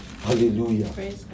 Hallelujah